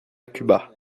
cuba